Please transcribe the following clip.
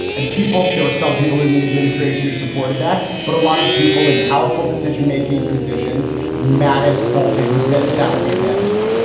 and people. there are some people in the administration who supported that, but a lot of people in powerful decision making positions. mattis bolton, bolton, who said that that would be a bad move.